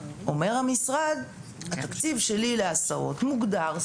המשרד אומר: "התקציב שלי להסעות הוא מוגדר,